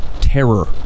Terror